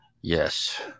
Yes